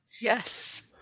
yes